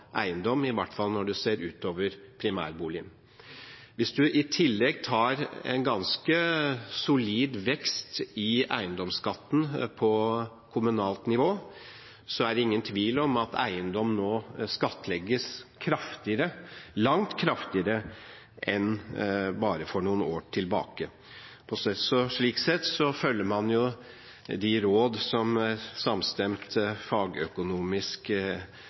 eiendom, i hvert fall når man ser utover primærboligen. Hvis man i tillegg tar en ganske solid vekst i eiendomsskatten på kommunalt nivå, er det ingen tvil om at eiendom nå skattlegges langt kraftigere enn for bare noen år siden. Slik sett følger man de råd som et samstemt fagøkonomisk miljø kommer med. Jeg er